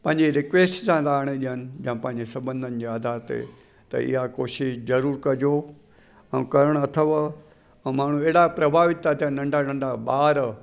पंहिंजे रिक्वेस्ट सां त आणे ॾियनि या पंहिंजे संबंधनि जे आधार ते त इहा कोशिशि ज़रूरु कजो ऐं करण अथव ऐं माण्हू अहिड़ा प्राभिवित था थियनि नंढा नंढा ॿार